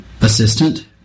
assistant